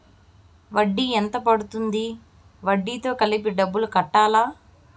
వడ్డీ ఎంత పడ్తుంది? వడ్డీ తో కలిపి డబ్బులు కట్టాలా?